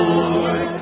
Lord